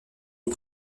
aux